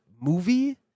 movie